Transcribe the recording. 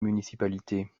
municipalités